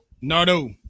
Nardo